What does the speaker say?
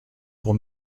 pour